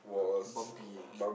bumpy eh